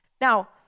Now